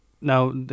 Now